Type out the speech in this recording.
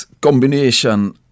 combination